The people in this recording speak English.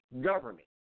government